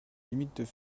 limites